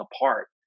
apart